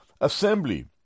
assembly